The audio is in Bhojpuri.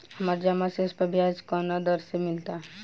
हमार जमा शेष पर ब्याज कवना दर से मिल ता?